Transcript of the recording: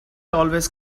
always